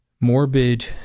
morbid